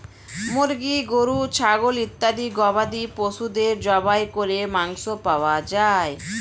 মুরগি, গরু, ছাগল ইত্যাদি গবাদি পশুদের জবাই করে মাংস পাওয়া যায়